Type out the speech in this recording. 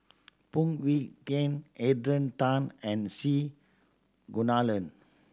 Phoon Yew Tien Adrian Tan and C Kunalan